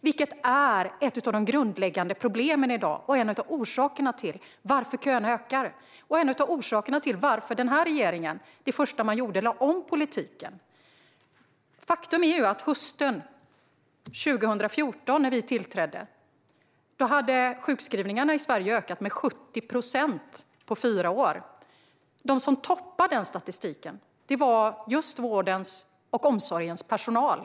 Det är i dag ett av de grundläggande problemen och en av orsakerna till att köerna ökar. Det är en av orsakerna till varför den här regeringen det första den gjorde lade om politiken. Faktum är att när vi tillträdde hösten 2014 hade sjukskrivningarna i Sverige ökat med 70 procent på fyra år. De som toppar den statistiken är just vårdens och omsorgens personal.